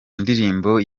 ndirimbo